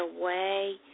away